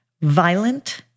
violent